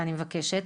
ואני מבקשת,